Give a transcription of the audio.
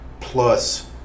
plus